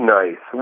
nice